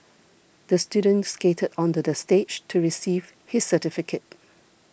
the student skated onto the stage to receive his certificate